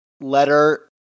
letter